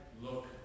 look